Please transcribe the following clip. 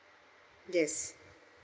yes